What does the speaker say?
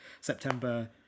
september